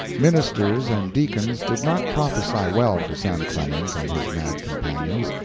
ministers and deacons did not prophesy well for sam clemens and his mad companions.